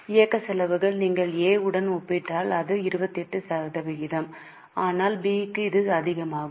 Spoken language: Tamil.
இயக்க செலவுகள் நீங்கள் A உடன் ஒப்பிட்டால் அது 28 சதவீதம் ஆனால் B க்கு இது அதிகமாகும்